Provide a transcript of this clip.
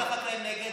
נגד?